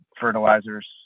fertilizers